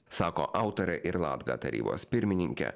sako autorė ir latga tarybos pirmininkė